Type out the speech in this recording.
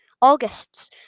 August's